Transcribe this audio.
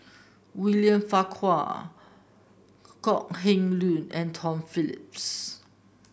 William Farquhar Kok Heng Leun and Tom Phillips